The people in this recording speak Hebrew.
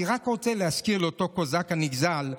אני רק רוצה להזכיר לאותו קוזק נגזל,